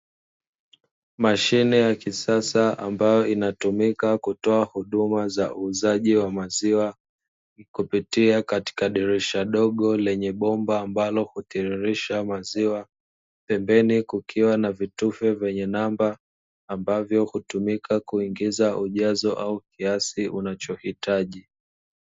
Mashine za kisasa ambayo inatumika kutoa huduma za uuzaji wa maziwa kupitia katika dirisha dogo lenye bomba ambalo hutiririsha maziwa, pembeni kukiwa na vitufe vyenye namba ambavyo hutumika kuingiza ujazo au kiasi unachohitaji.